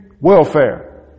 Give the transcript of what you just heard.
welfare